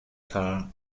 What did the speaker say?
car